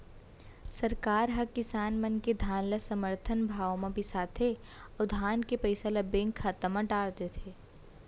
सरकार हर किसान मन के धान ल समरथन भाव म बिसाथे अउ धान के पइसा ल बेंक खाता म डार देथे